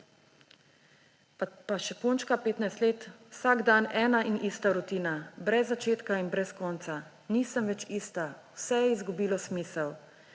Pa še punčka, 15 let: »Vsak dan ena in ista rutina, brez začetka in brez konca. Nisem več ista, vse je izgubilo smisel.